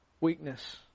weakness